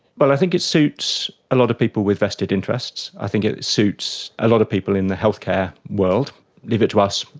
well, i think it suits a lot of people with vested interests. i think it suits a lot of people in the healthcare world leave it to us,